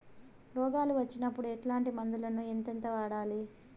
రోగాలు వచ్చినప్పుడు ఎట్లాంటి మందులను ఎంతెంత వాడాలి?